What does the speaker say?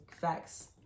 facts